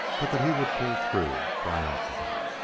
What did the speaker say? but that he would pull through triumphant.